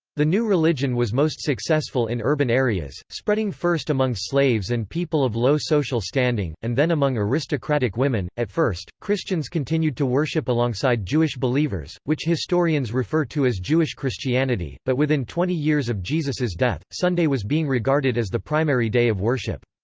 the new religion was most successful in urban areas, spreading first among slaves and people of low social standing, and then among aristocratic women at first, christians continued to worship alongside jewish believers, which historians refer to as jewish christianity, but within twenty years of jesus's death, sunday was being regarded as the primary day of worship.